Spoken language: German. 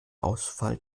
ausfall